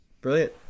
Brilliant